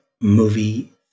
movie